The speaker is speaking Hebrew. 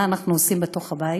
מה אנחנו עושים בתוך הבית,